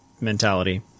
mentality